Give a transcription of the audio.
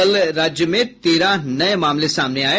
कल राज्य में तेरह नये मामले सामने आये